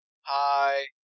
Hi